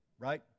right